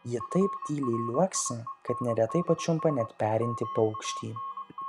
ji taip tyliai liuoksi kad neretai pačiumpa net perintį paukštį